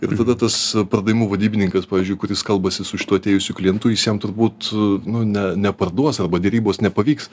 ir tada tas pardavimų vadybininkas pavyzdžiui kuris kalbasi su šituo atėjusiu klientu jis jam turbūt nu ne neparduos arba derybos nepavyks